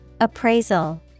Appraisal